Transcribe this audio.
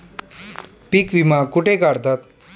पीक विमा कुठे काढतात?